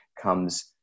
comes